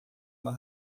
uma